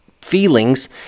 feelings